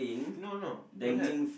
no no don't have